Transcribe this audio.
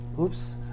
Oops